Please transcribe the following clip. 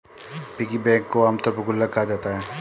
piggy bank को आमतौर पर गुल्लक कहा जाता है